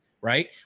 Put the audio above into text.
right